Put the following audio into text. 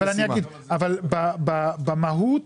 במהות